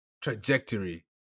trajectory